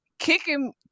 kicking